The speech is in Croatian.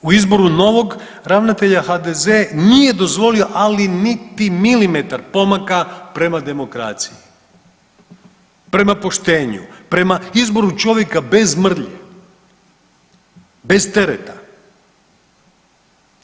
U izboru novog ravnatelja HDZ nije dozvolio, ali niti milimetar pomaka prema demokraciji, prema poštenju, prema izboru čovjeka bez mrlje, bez tereta.